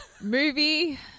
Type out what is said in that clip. Movie